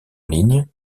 ligne